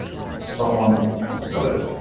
someone has got it.